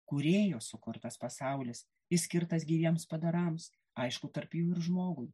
kūrėjo sukurtas pasaulis išskirtas gyviems padarams aišku tarp jų ir žmogui